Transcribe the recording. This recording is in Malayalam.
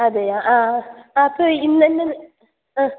അതെയോ ആ അത് ഇന്ന് തന്നെ ആ